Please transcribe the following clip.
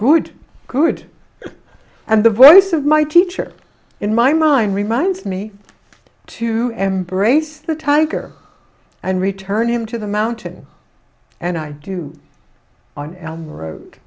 good good and the voice of my teacher in my mind reminds me to embrace the tiger and return him to the mountain and i do on the road